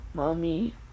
Mommy